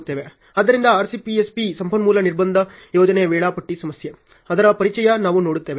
ಆದ್ದರಿಂದ RCPSP ಸಂಪನ್ಮೂಲ ನಿರ್ಬಂಧ ಯೋಜನೆ ವೇಳಾಪಟ್ಟಿ ಸಮಸ್ಯೆ ಅದರ ಪರಿಚಯ ನಾವು ನೋಡುತ್ತೇವೆ